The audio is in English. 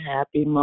Happy